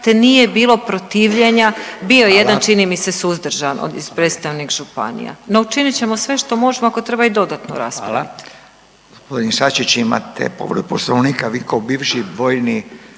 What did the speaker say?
te nije bilo protivljenja. Bio je jedan …/Upadica: Hvala./… čini mi se suzdržan od, predstavnik županija. No učinit ćemo sve što možemo ako treba i dodatno raspraviti.